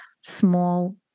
small